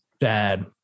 bad